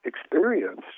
experienced